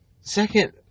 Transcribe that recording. second